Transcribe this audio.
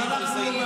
הם לא עשו כלום.